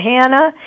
Hannah